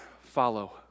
follow